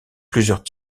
plusieurs